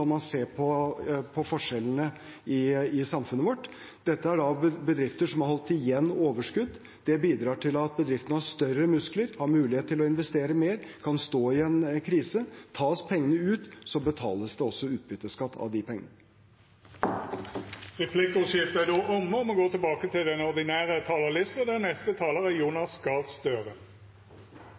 man ser på forskjellene i samfunnet vårt. Dette er da bedrifter som har holdt igjen overskudd. Det bidrar til at bedriftene har større muskler, har mulighet til å investere mer og kan stå i en krise. Tas pengene ut, betales det også utbytteskatt av de pengene. Replikkordskiftet er då omme. Perspektivmeldingen blir aldri en kioskvelter, men det er interessant lesning, og